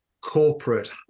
corporate